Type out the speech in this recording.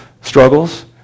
struggles